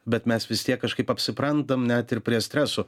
bet mes vis tiek kažkaip apsiprantam net ir prie stresų